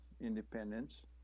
independence